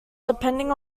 depending